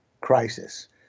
crisis